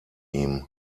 ihm